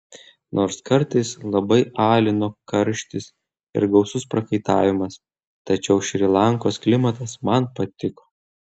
nors kartais labai alino karštis ir gausus prakaitavimas tačiau šri lankos klimatas man patiko